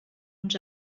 ens